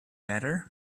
better